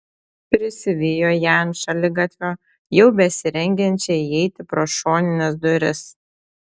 prisivijo ją ant šaligatvio jau besirengiančią įeiti pro šonines duris